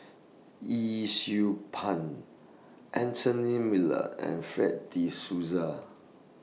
Yee Siew Pun Anthony Miller and Fred De Souza